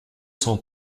cent